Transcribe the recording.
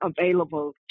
available